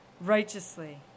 righteously